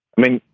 i mean,